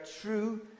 true